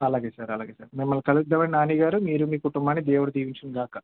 అలాగే సార్ అలాగే సార్ మిమ్మల్ని కలుద్దాం అండి నాని గారు మీరు మీ కుటుంబాన్ని దేవుడు దీవించును గాక